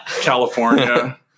California